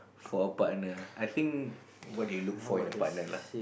for a partner I think what do you look for in a partner lah